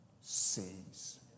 sees